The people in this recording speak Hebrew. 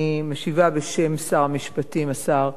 אני משיבה בשם שר המשפטים, השר